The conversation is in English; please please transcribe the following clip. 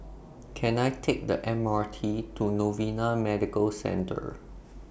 Can I Take The M R T to Novena Medical Centre